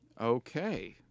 Okay